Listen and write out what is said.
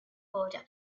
border